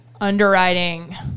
Underwriting